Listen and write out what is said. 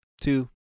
two